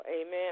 Amen